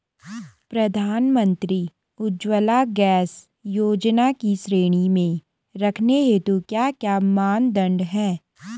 प्रधानमंत्री उज्जवला गैस योजना की श्रेणी में रखने हेतु क्या क्या मानदंड है?